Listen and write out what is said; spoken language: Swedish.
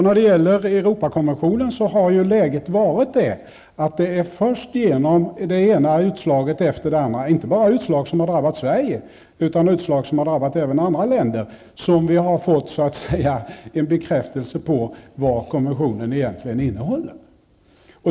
När det gäller Europakonventionen har läget varit det, att det är först genom det ena utslaget efter det andra -- inte enbart utslag som drabbat Sverige, utan även utslag som drabbat andra länder -- som vi fått en bekräftelse på vad konventionen egentligen innehåller.